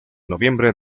noviembre